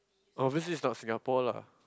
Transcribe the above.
obviously this is not Singapore lah